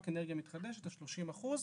רק אנרגיה מתחדשת ה-30 אחוזים,